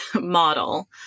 model